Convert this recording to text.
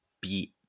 beat